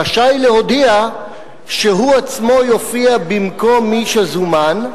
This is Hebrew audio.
רשאי להודיע שהוא עצמו יופיע במקום מי שזומן,